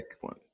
one